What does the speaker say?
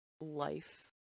life